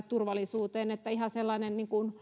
turvallisuuteen ihan sellainen